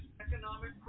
economic